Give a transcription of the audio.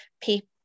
people